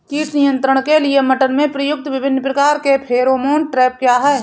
कीट नियंत्रण के लिए मटर में प्रयुक्त विभिन्न प्रकार के फेरोमोन ट्रैप क्या है?